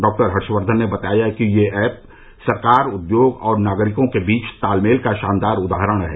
doctor Harshvardhan ने बताया कि यह ऐप सरकार उद्योग और नागरिकों के बीच तालमेल का शानदार उदाहरण है